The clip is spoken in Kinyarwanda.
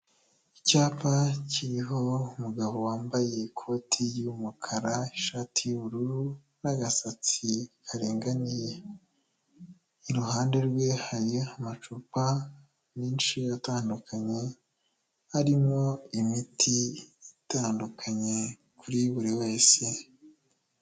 Icyapa kiriho umugabo wambaye ikoti ry'umukara, ishati y'ubururu n'agasatsi karinganiye, iruhande rwe hari amacupa menshi atandukanye, arimo imiti itandukanye kuri buri wese.